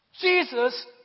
Jesus